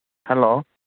hello